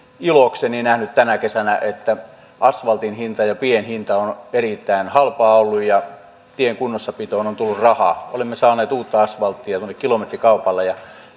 ilokseni nähnyt tänä kesänä että asfaltin hinta ja pien hinta on erittäin halpaa ollut ja tien kunnossapitoon on tullut rahaa olemme saaneet uutta asfalttia tuonne kilometrikaupalla ja